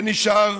שנשאר